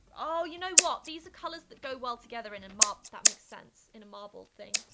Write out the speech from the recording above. oh, you know what? these are colors that go well together in a mar that makes sense, in a marble thing.